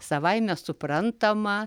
savaime suprantama